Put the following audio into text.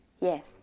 Yes